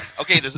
Okay